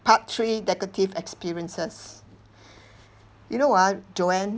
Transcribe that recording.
part three negative experiences you know what joanne